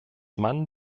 man